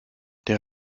der